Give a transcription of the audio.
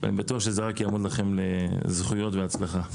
אני בטוח שזה רק יעמוד לכם לזכויות ולהצלחה.